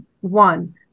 one